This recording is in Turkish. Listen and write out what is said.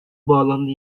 bağlamda